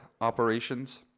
operations